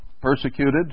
persecuted